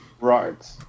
Right